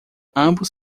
ambos